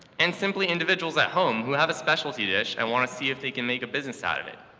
and simply individuals at home who have a specialty dish and want to see if they can make a business out of it.